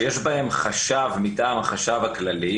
שיש בהם חשב מטעם החשב הכללי,